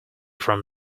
from